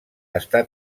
està